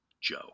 Joe